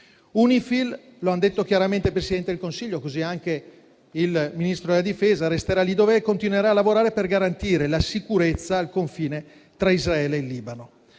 UNIFIL, lo hanno detto chiaramente il Presidente del Consiglio e il Ministro della difesa, resterà lì dov'è e continuerà a lavorare per garantire la sicurezza al confine tra Israele e Libano.